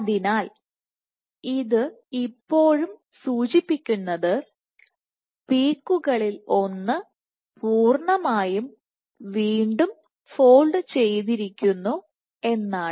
അതിനാൽ അത് ഇപ്പോഴും സൂചിപ്പിക്കുന്നത് പീക്കുകളിൽ ഒന്ന്പൂർണ്ണമായും വീണ്ടും ഫോൾഡ് ചെയ്തിരിക്കുന്നു എന്നാണ്